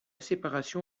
séparation